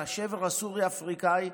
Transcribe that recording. לשבר הסורי-אפריקאי,